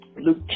Luke